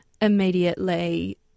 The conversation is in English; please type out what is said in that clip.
immediately